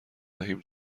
دهیم